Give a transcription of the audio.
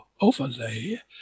overlay